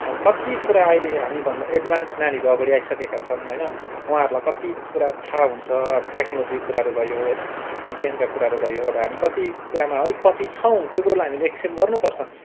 अब कति कुराहरू अहिले हामीभन्दा एडभान्स नानीहरू अघाडि आइसकेका छन् होइन उहाँहरूलाई कति कुरा थाहा हुन्छ अब टेक्नोलोजीको कुराहरू भयो होइन विज्ञानका कुराहरू भयो अब हामी कति कुरामा अलिक पछि छौँ त्यो कुरोलाई हामीले एक्सेप्ट गर्नुपर्छ